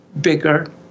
bigger